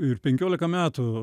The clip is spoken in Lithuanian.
ir penkiolika metų